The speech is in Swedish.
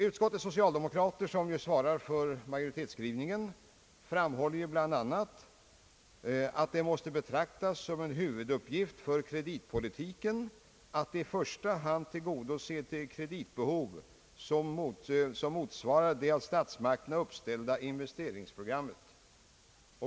Utskottets socialdemokrater, som svarar för utskottsmajoritetens skrivning, framhåller bl.a. att »det måste betraktas som en huvuduppgift för kreditpolitiken att i första hand tillgodose de kreditbehov som motsvarade det av statsmakterna uppställda —investeringsprogrammet».